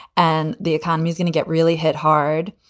and the economy is going to get really hit hard.